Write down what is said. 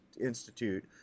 institute